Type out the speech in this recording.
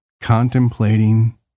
contemplating